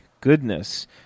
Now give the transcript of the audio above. goodness